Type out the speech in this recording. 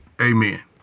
Amen